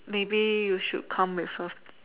maybe you should come with her